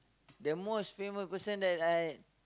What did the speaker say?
the most famous person that I